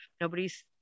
nobody's